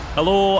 Hello